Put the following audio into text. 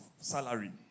salary